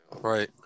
Right